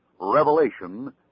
Revelation